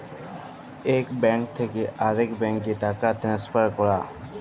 ইক ব্যাংক থ্যাকে আরেক ব্যাংকে টাকা টেলেসফার ক্যরা